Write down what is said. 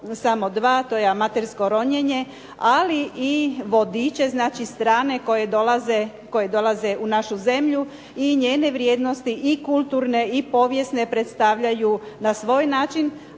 samo dva, to je amatersko ronjenje, ali i vodiče znači strane koje dolaze u našu zemlju i njene vrijednosti i kulturne i povijesne predstavljaju na svoj način.